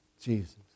Jesus